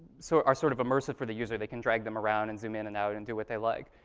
so are sort of immersive for the user. they can drag them around and zoom in and out and do what they like.